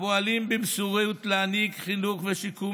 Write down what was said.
הפועלים במסירות להעניק חינוך ושיקום